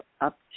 up